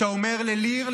שאתה אומר לליר,